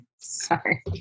Sorry